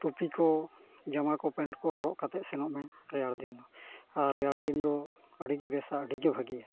ᱴᱩᱯᱤ ᱠᱚ ᱡᱟᱢᱟ ᱠᱚ ᱯᱮᱱᱴ ᱠᱚ ᱦᱚᱨᱚᱜ ᱠᱟᱛᱮᱫ ᱥᱮᱱᱚᱜ ᱢᱮ ᱨᱮᱭᱟᱲ ᱫᱤᱱ ᱫᱚ ᱟᱨ ᱨᱮᱭᱟᱲ ᱫᱤᱱ ᱫᱚ ᱟᱹᱰᱤᱜᱮ ᱵᱮᱥᱟ ᱟᱹᱰᱤᱜᱮ ᱵᱷᱟᱹᱜᱤᱭᱟ